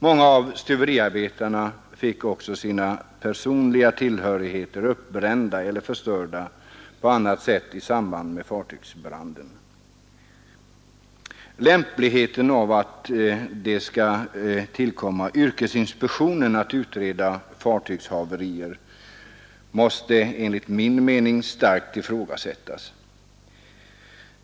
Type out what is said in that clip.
Många av stuveriarbetarna fick också sina personliga tillhörigheter uppbrända eller förstörda på annat sätt i samband med fartygsbranden. Lämpligheten av att det skall tillkomma yrkesinspektionen att utreda fartygshaverier måste enligt min uppfattning starkt ifrågasättas.